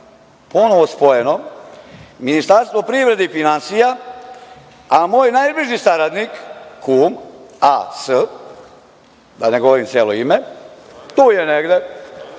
ponovo spojeno, Ministarstvo privrede i finansija, a moj najbliži saradnik, kum A.S. da ne govorim celo ime, tu je negde,